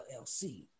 LLC